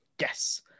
yes